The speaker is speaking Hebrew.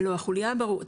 לא, החולייה ברור.